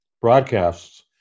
broadcasts